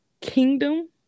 Kingdom